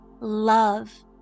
love